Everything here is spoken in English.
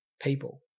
people